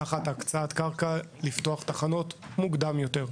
תחת הקצאת קרקע, לפתוח תחנות מוקדם יותר.